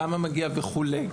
כמה מגיע וכולי.